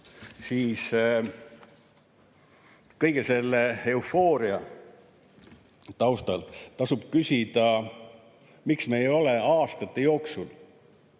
siis kõige selle eufooria taustal tasub küsida, miks me ei ole aastate jooksul